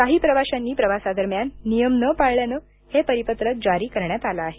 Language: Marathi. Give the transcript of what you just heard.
काही प्रवाशांनी प्रवासादरम्यान नियम न पाळल्यानं हे परिपत्रक जारी करण्यात आलं आहे